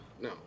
no